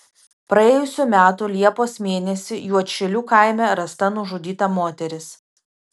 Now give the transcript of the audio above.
praėjusių metų liepos mėnesį juodšilių kaime rasta nužudyta moteris